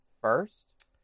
first